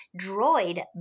droid